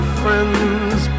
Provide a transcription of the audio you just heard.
friends